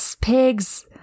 pigs